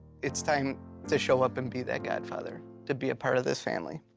it's time to show up and be that godfather, to be a part of this family.